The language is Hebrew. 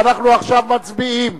אנחנו עכשיו מצביעים.